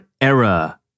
era